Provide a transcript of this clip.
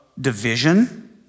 division